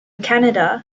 canada